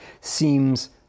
seems